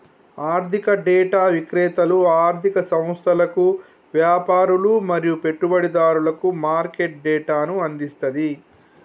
ఆర్థిక డేటా విక్రేతలు ఆర్ధిక సంస్థలకు, వ్యాపారులు మరియు పెట్టుబడిదారులకు మార్కెట్ డేటాను అందిస్తది